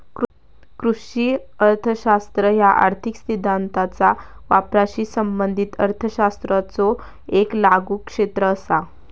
कृषी अर्थशास्त्र ह्या आर्थिक सिद्धांताचा वापराशी संबंधित अर्थशास्त्राचो येक लागू क्षेत्र असा